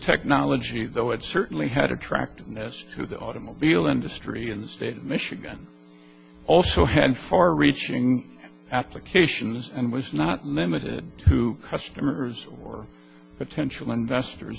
technology though it certainly had attractiveness to the automobile industry in the state of michigan also had far reaching applications and was not meant to customers or potential investors